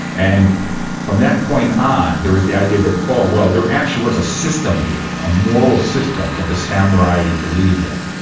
and from that point on, there was the idea that oh well, there actually was a system here, a moral system that the samurai believed in,